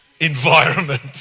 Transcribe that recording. Environment